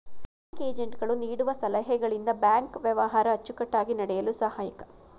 bank agent ಗಳು ನೀಡುವ ಸಲಹೆಗಳಿಂದ ಬ್ಯಾಂಕ್ ವ್ಯವಹಾರ ಅಚ್ಚುಕಟ್ಟಾಗಿ ನಡೆಯಲು ಸಹಾಯಕ